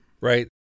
Right